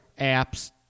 apps